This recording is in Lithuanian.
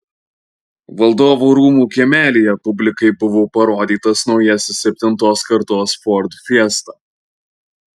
valdovų rūmų kiemelyje publikai buvo parodytas naujasis septintos kartos ford fiesta